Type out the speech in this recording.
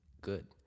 good